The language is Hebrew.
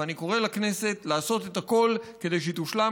ואני קורא לכנסת לעשות את הכול כדי שהיא תושלם